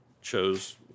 chose